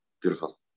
Beautiful